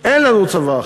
אין לנו צבא אחר.